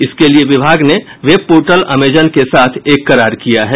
इसके लिये विभाग ने वेब पोर्टल अमेजन के साथ एक करार किया है